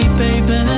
baby